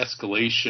escalation